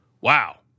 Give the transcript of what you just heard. wow